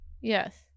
Yes